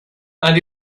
and